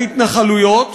ההתנחלויות,